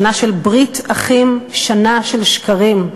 שנה של ברית אחים, שנה של שקרים.